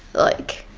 like,